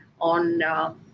on